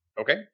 Okay